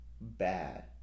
bad